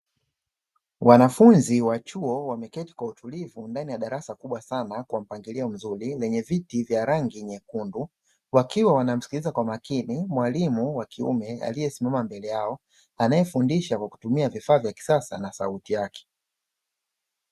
Wanafunzi wa chuo wameketi kwa utulivu ndani ya darasa kubwa sana kwa mpangilio mzuri, lenye viti vya rangi nyekundu. Wakiwa wanamsikiliza kwa makini mwalimu wa kiume aliyesimama mbele yao, anayefundisha kwa kutumia vifaa vya kisasa na sauti yake.